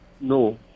No